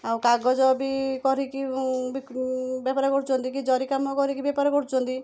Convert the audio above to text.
ଆଉ କାଗଜ ବି କରିକି ବିକି ବେପାର କରୁଛନ୍ତି କି ଜରି କାମ କରିକି ବେପାର କରୁଛନ୍ତି